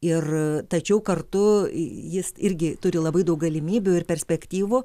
ir tačiau kartu jis irgi turi labai daug galimybių ir perspektyvų